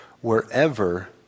wherever